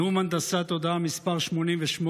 נאום הנדסת תודעה מס' 88,